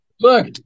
look